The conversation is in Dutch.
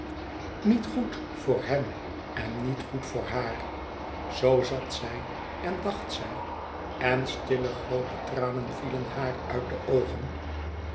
niet goed voor hem en niet goed voor haar zoo zat zij en dacht zij en stille groote tranen vielen haar uit de oogen